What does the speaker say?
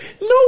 No